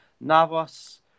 Navas